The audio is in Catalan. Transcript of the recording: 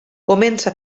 comença